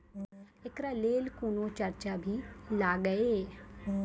एकरा लेल कुनो चार्ज भी लागैये?